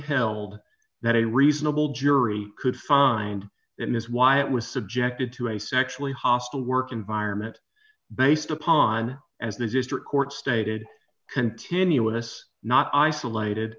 held that a reasonable jury could find that is why it was subjected to a sexually hostile work environment based upon as the district court stated continuous not isolated